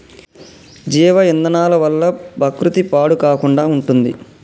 జీవ ఇంధనాల వల్ల ప్రకృతి పాడు కాకుండా ఉంటుంది